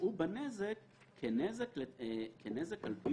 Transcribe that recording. יראו בנזק כנזק על פי